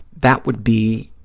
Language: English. that would be